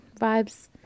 vibes